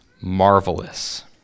marvelous